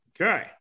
Okay